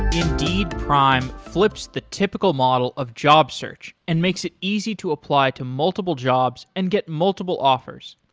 indeed prime flips the typical model of job search and makes it easy to apply to multiple jobs and get multiple offers.